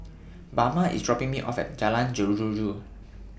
Bama IS dropping Me off At Jalan Jeruju